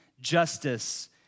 justice